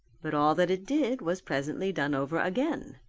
but all that it did was presently done over again,